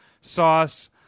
Sauce